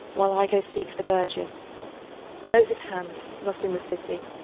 while i go seek the burghers those at hand, not in the city.